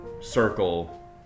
circle